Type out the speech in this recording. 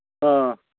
ꯑ